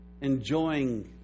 enjoying